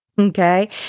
Okay